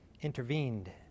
intervened